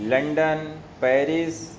London Paris